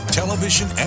television